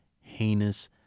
heinous